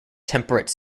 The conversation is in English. temperate